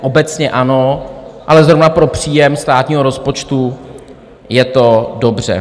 Obecně ano, ale zrovna pro příjem státního rozpočtu je to dobře.